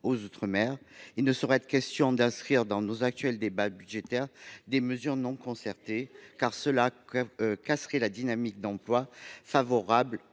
aux outre mer. Il ne saurait être question d’inscrire dans nos actuels débats budgétaires des mesures non concertées, car cela casserait la dynamique d’emploi favorable